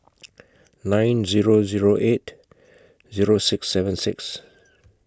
nine Zero Zero eight Zero six seven six